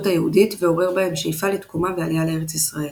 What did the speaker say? ועורר בהם שאיפה לתקומה ועלייה לארץ ישראל.